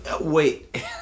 Wait